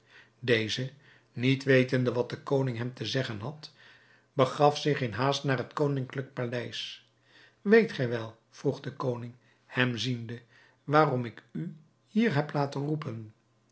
deze niet wetende wat de koning hem te zeggen had begaf zich in haast naar het koninklijk paleis weet gij wel vroeg de koning hem ziende waarom ik u hier heb laten roepen